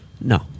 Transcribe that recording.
No